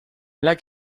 like